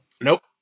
Nope